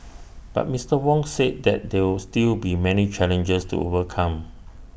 but Mister Wong said that there are still many challenges to overcome